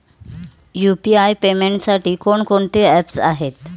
UPI पेमेंटसाठी कोणकोणती apps आहेत?